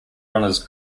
runners